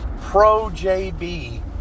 pro-JB